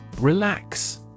Relax